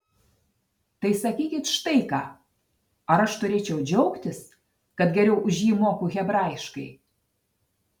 tai sakykit štai ką ar aš turėčiau džiaugtis kad geriau už jį moku hebrajiškai